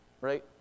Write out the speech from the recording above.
right